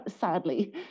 sadly